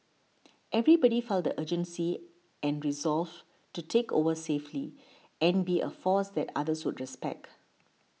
everybody felt the urgency and resolve to take over safely and be a force that others would respect